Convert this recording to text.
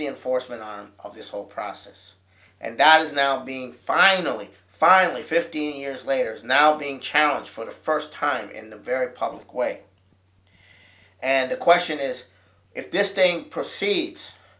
enforcement on of this whole process and that is now being finally finally fifteen years later is now being challenged for the first time in the very public way and the question is if this thing proceeds